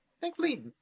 Thankfully